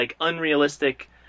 unrealistic